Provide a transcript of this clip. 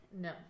No